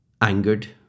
Angered